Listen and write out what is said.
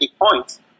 points